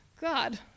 God